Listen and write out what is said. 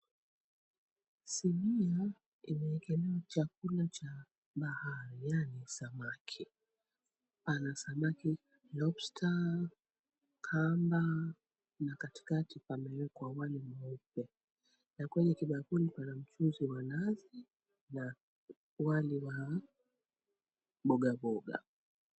Sinia imeekelewa chakula cha bahari yani samaki pana samaki Lobster kamba na katikati pamewekwa wali mweupe na kwenye kibakuli kuna mchuzi wa nazi na wali wa boga boga.